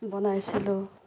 বনাইছিলোঁ